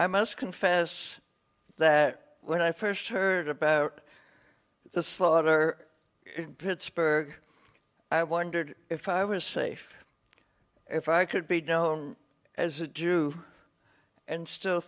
i must confess that when i first heard about the slaughter in pittsburgh i wondered if i was safe if i could be as a jew and still